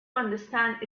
understand